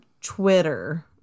Twitter